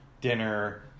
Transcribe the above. dinner